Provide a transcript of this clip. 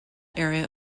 area